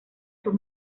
sus